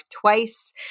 twice